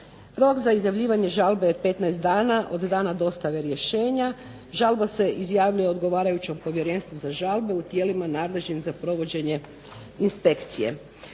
Rok za izjavljivanje žalbe je 15 dana od dana dostave rješenja. Žalba se izjavljuje odgovarajućem Povjerenstvu za žalbe u tijelima nadležnim za provođenje inspekcije.